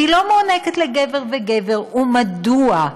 והיא לא מוענקת לגבר וגבר, ומדוע?